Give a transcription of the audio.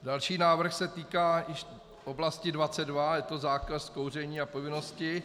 Další návrh se týká již oblasti 22 je to zákaz kouření a povinnosti.